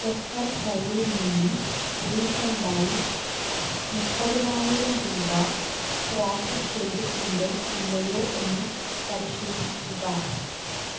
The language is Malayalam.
പെപ്പർഫ്രൈയിൽ നിന്നും റീഫണ്ട് ആയി മുപ്പതിനായിരം രൂപ പ്രോസസ്സ് ചെയ്തിട്ടുണ്ടോ ഇല്ലയോ എന്ന് പരിശോധിക്കുക